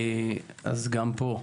אז גם פה,